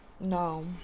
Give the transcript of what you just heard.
No